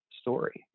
story